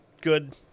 good